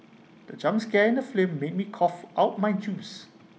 the jump scare in the flame made me cough out my juice